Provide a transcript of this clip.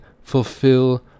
fulfill